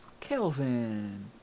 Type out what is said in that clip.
Kelvin